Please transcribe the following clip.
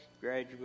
graduate